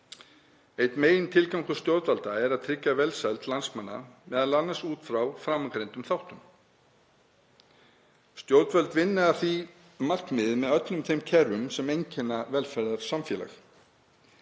Einn megintilgangur stjórnvalda er að tryggja velsæld landsmanna, m.a. út frá framangreindum þáttum. Stjórnvöld vinna að því markmiði með öllum þeim kerfum sem einkenna velferðarsamfélag.